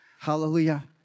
Hallelujah